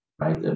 right